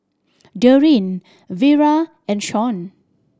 Dorine Vira and Shon